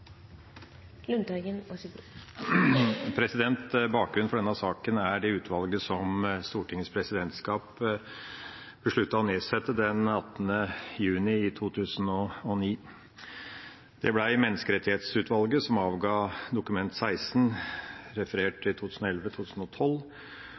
det utvalget som Stortingets presidentskap besluttet å nedsette den 18. juni i 2009. Det ble Menneskerettighetsutvalget, som avga Dokument 16 for 2011–2012, referert i 2012.